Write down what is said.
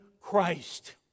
Christ